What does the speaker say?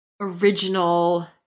original